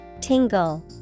Tingle